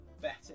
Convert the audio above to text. better